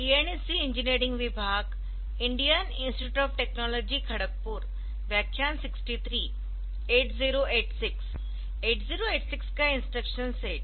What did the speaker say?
8086 का instruction set